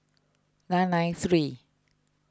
nine nine three